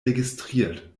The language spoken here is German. registriert